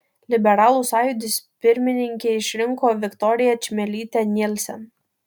liberalų sąjūdis pirmininke išrinko viktoriją čmilytę nielsen